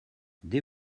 dès